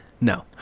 no